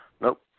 Nope